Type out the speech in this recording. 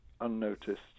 unnoticed